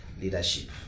leadership